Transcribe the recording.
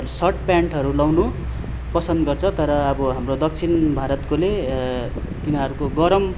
short प्यान्टहरू लाउनु पसन्द गर्छ तर अब हाम्रो दक्षिण भारतकोले तिनीहरूको गरम